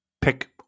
Pick